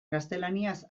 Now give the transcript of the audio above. gaztelaniaz